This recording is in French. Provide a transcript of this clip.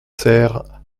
sert